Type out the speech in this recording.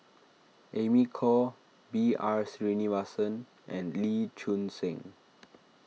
Amy Khor B R Sreenivasan and Lee Choon Seng